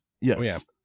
yes